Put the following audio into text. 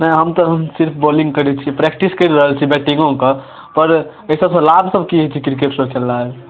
नहि हम तऽ सिर्फ बौलिङ्ग करैत छी प्रैक्टिस करि रहल छी बैटिङ्गो कऽ पर अइ सबसँ लाभ सब की हइ छै क्रिकेट सब खेलनाइ